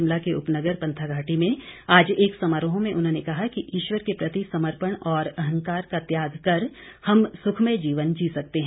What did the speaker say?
शिमला के उपनगर पंथाघाटी में आज एक समारोह में उन्होंने कहा कि ईश्वर के प्रति समर्पण और अहंकार का त्याग कर हम सुखमय जीवन जी सकते हैं